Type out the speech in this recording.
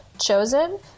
chosen